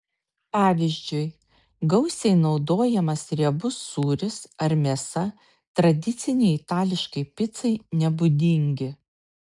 pavyzdžiui gausiai naudojamas riebus sūris ar mėsa tradicinei itališkai picai nebūdingi